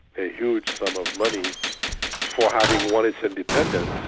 a huge sum of money for having won its independence,